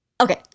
Okay